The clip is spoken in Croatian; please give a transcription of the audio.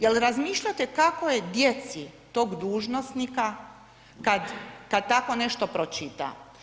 Je li razmišljate kako je djeci tog dužnosnika kad tako nešto pročita?